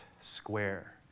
square